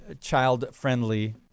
child-friendly